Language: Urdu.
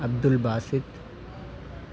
عبد الباسط